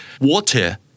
water